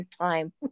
time